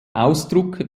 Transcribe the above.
ausdruck